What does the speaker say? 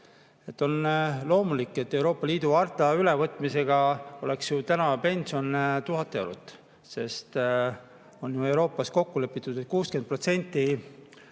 On loomulik, et Euroopa Liidu harta ülevõtmisega oleks ju täna pension 1000 eurot, sest Euroopas on kokku lepitud, et 60%